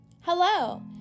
Hello